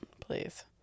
Please